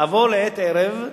אבוא לְעֵת עֶרֶב,